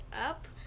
up